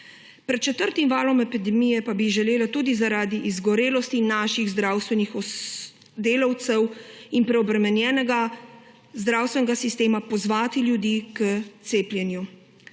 Pred četrtim valom epidemije pa bi želela tudi zaradi izgorelosti naših zdravstvenih delavcev in preobremenjenega zdravstvenega sistema pozvati ljudi k cepljenju.